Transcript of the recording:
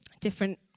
different